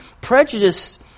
Prejudice